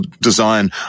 design